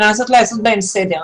להוציא אותם ולעשות בהם סדר.